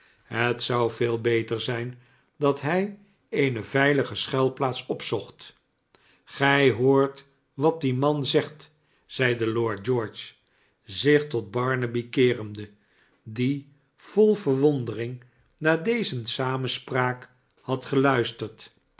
het zou veel beter zijn dat hij eene veiligeschuilplaatsopzocht gij hoort wat die man zegt zeide lord george zich tot barnaby keerende die vol verwondering naar deze samenspraak had geluisterd